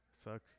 sucks